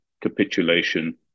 capitulation